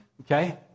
okay